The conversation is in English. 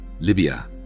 Libya